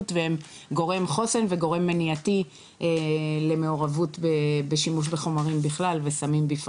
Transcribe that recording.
והם גורם חוסן וגורם מניעתי למעורבות בשימוש בכלל וסמים בפרט.